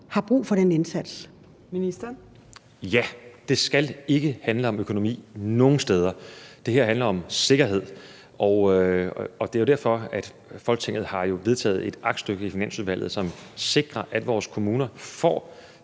ældreministeren (Magnus Heunicke): Ja, det skal ikke handle om økonomi nogen steder. Det her handler om sikkerhed. Det er jo derfor, at Folketinget har vedtaget et aktstykke i Finansudvalget, som sikrer, at vores kommuner får